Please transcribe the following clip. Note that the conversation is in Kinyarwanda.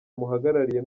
muhagarariye